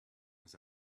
has